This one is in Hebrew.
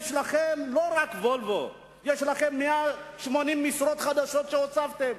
יש לכם לא רק "וולבו" אלא 180 משרות חדשות שהוספתם: